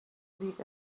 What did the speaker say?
bik